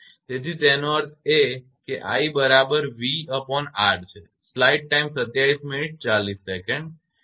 તેથી તેનો અર્થ એ કે i બરાબર તમારા 𝑣𝑅 છે